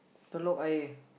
Telok Ayer